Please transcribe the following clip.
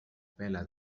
pela